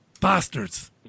Bastards